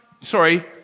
sorry